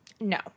no